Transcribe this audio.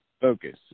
focus